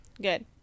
good